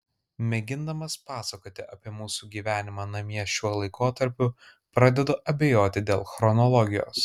mėgindamas pasakoti apie mūsų gyvenimą namie šiuo laikotarpiu pradedu abejoti dėl chronologijos